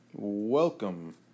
Welcome